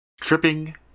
tripping